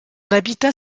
habitat